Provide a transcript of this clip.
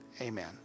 amen